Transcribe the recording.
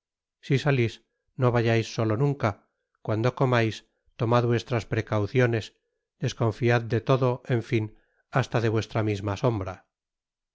si salis no vayais solo nunca cuando comais tomad vuestras precauciones desconfiad de todo en fin hasta de vuestra misma sombrai